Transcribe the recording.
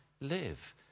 live